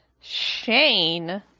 Shane